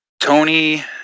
Tony